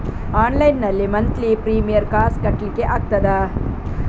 Online ನಲ್ಲಿ monthly premium ಕಾಸ್ ಕಟ್ಲಿಕ್ಕೆ ಆಗ್ತದಾ?